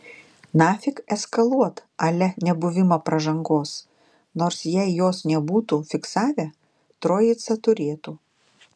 nafik eskaluot a le nebuvimą pražangos nors jei jos nebūtų fiksavę troicą turėtų